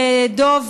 ודב.